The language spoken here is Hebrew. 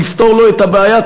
נפתור לו את הבעיה,